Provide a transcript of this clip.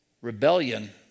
Rebellion